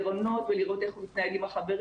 במסדרונות ולראות איך הוא מתנהג עם החברים.